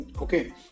okay